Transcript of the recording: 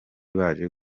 baje